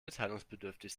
mitteilungsbedürftig